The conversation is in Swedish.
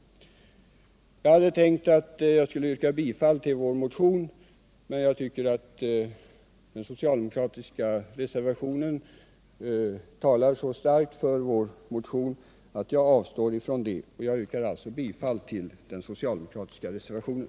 Jag hade tänkt yrka bifall till vår motion, men jag tycker att den socialdemokratiska reservationen så starkt talar för vår motion att jag avstår från detta. Jag yrkar alltså bifall till den socialdemokratiska reservationen.